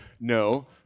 no